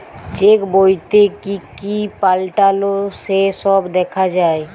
check বইতে কি কি পাল্টালো সে সব দেখা যায়